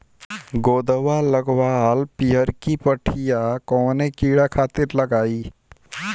गोदवा लगवाल पियरकि पठिया कवने कीड़ा खातिर लगाई?